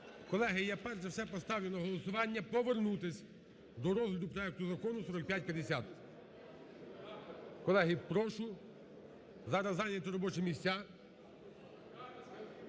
Колеги, я перш за все поставлю на голосування повернутись до розгляду проекту Закону 4550. Колеги, прошу, зараз зайняти робочі місця.